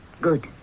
Good